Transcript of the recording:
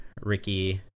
ricky